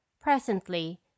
Presently